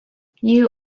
you